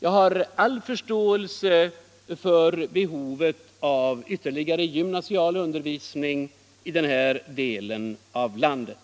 Jag har all förståelse för behovet av ytterligare gymnasial undervisning i den här delen av landet.